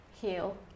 heal